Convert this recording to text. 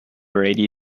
ready